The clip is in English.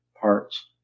parts